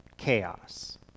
chaos